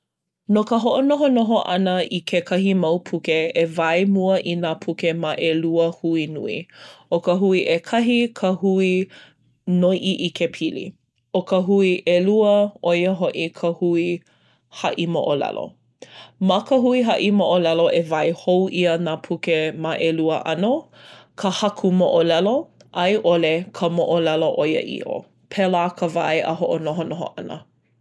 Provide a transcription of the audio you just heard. No ka hoʻonohonoho ʻana i kekahi mau puke e wae mua i nā puke ma ʻelua hui nui. ʻO ka hui ʻekahi ka hui noiʻi ʻikepili. ʻO ka hui ʻelua, ʻo ia hoʻi ka hui haʻi moʻolelo. Ma ka hui haʻi moʻolelo e wae hou ʻia nā puke ma ʻelua ʻano, ka haku moʻolelo a i ʻole ka moʻolelo ʻoiaʻiʻo. Pēlā ka wae a hoʻonohonoho ʻana.